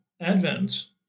advent